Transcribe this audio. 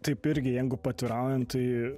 taip irgi jeigu paatviraujant tai